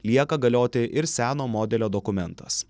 lieka galioti ir seno modelio dokumentas